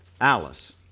Alice